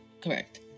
correct